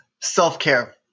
self-care